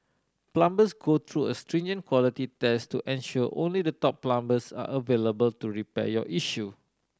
plumbers go through a stringent quality test to ensure only the top plumbers are available to repair your issue